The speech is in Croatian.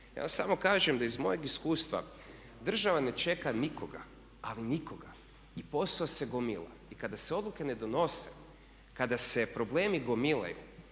Ja vam samo kažem da iz mojeg iskustva, država ne čeka nikoga, ali nikoga i posao se gomila i kada se odluke ne donose, kada se problemi gomilaju